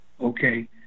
okay